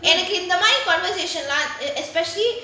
எனக்கு இந்த மாதிரி:enaku intha maathiri converstion லாம்:laam especially